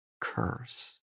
curse